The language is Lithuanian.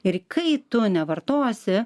ir kai tu nevartosi